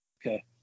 Okay